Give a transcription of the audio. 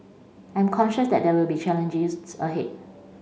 I am conscious that there will be challenges ahead